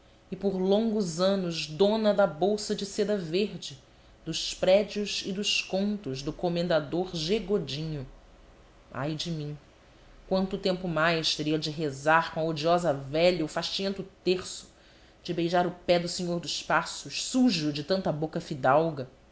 e por longos anos dona da bolsa de seda verde dos prédios e dos contos do comendador g godinho ai de mim quanto tempo mais teria de rezar com a odiosa velha o fastiento terço de beijar o pé do senhor dos passos sujo de tanta boca fidalga